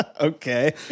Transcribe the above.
Okay